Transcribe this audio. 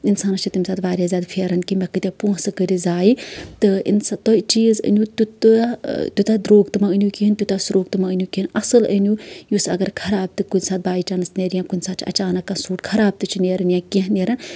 اِنسانِس چھُ تَمہِ ساتہٕ واریاہ زیادٕ پھیران کہِ مےٚ کۭتیاہ پۄنٛسہٕ کٔرۍ زایہِ تہٕ انسا تہٕ چیٖز أنیو تُہۍ تیوٗتاہ درٛوگ تہِ مہ أنیو تیوٗتاہ سروگ تہِ مہ أنیو کینٛہہ اَصٕل أنیو یُس اَگر خراب تہِ کُنہِ ساتہٕ باے چانٕس نیرِ اَگر اچانک کانٛہہ سوٗٹ خراب تہِ نیران یا کانٛہہ نیران